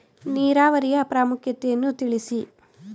ನೀರಾವರಿಯ ಪ್ರಾಮುಖ್ಯತೆ ಯನ್ನು ತಿಳಿಸಿ?